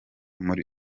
muri